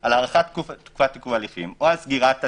על הארכת תקופת ההליכים או על סגירת התיק.